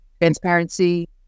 transparency